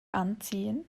anziehen